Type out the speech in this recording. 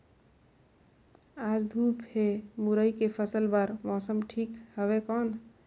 आज धूप हे मुरई के फसल बार मौसम ठीक हवय कौन?